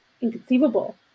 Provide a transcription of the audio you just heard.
inconceivable